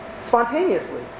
spontaneously